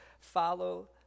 follow